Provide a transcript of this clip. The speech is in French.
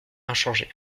inchangé